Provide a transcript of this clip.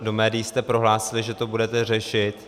Do médií jste prohlásil, že to budete řešit.